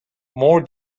more